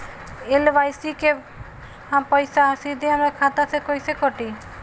LIC के पईसा सीधे हमरा खाता से कइसे कटी?